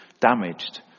damaged